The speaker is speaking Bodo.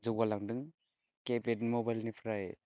जौगालांदों केपेट मबाइलनिफ्राय